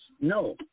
No